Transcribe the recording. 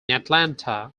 atlanta